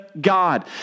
God